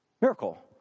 miracle